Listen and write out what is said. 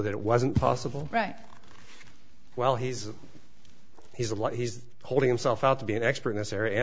that it wasn't possible right well he's he's a lot he's holding himself out to be an expert in this area